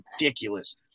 ridiculous